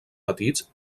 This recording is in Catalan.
petits